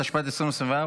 התשפ"ד 2024,